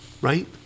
right